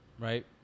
Right